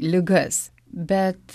ligas bet